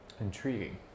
Intriguing